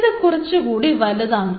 ഇത് കുറച്ചുകൂടി വലുതാണ്